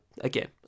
again